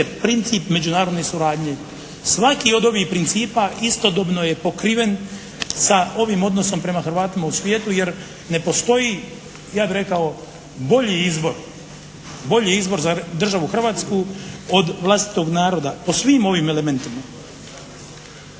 princip međunarodne suradnje. Svaki od ovih principa istodobno je pokriven sa ovim odnosom prema Hrvatima u svijetu jer ne postoji ja bih rekao bolji izvor za državu Hrvatsku od vlastitog naroda, po svim ovim elementima.